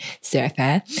surfer